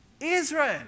Israel